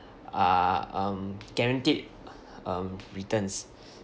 ah um guaranteed um returns